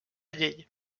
llei